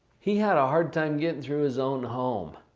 he had a hard time getting through his own home.